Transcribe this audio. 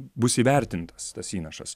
bus įvertintas tas įnašas